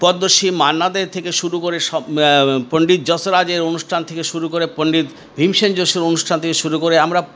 পদ্মশ্রী মান্না দের থেকে শুরু করে সব পণ্ডিত যশোরাজের অনুষ্ঠান থেকে শুরু করে পণ্ডিত ভীমসেন যোশীর অনুষ্ঠান থেকে শুরু করে আমরা